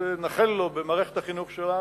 שהתנחל לו במערכת החינוך שלנו.